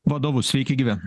vadovu sveiki gyvi